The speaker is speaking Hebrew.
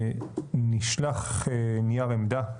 נשלח נייר עמדה,